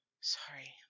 Sorry